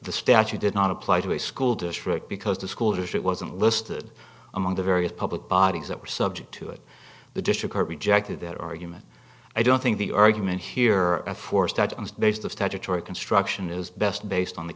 the statute did not apply to a school district because the school district wasn't listed among the various public bodies that were subject to it the district rejected that argument i don't think the argument here for starts on the basis of statutory construction is best based on the